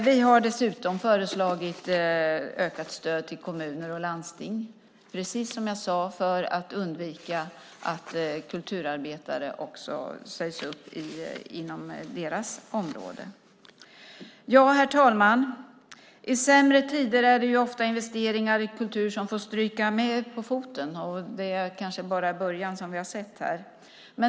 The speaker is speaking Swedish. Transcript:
Vi har dessutom föreslagit ökat stöd till kommuner och landsting, precis som jag sade, för att undvika att kulturarbetare sägs upp också inom dessa områden. Herr talman! I sämre tider är det ofta investeringar i kultur som får stryka på foten. Det är kanske bara början som vi har sett.